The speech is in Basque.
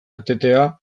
etetea